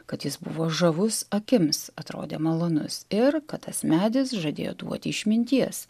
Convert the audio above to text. kad jis buvo žavus akims atrodė malonus ir kad tas medis žadėjo duoti išminties